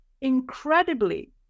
Incredibly